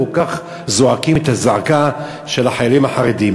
כל כך זועקים את הזעקה של החיילים החרדים.